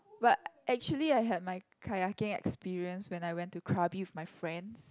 but actually I had my kayaking experience when I went to Krabi with my friends